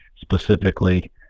specifically